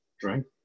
Drink